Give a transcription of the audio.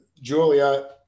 Julia